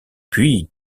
puis